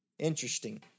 Interesting